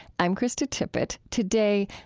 i'm krista tippett. today,